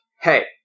Hey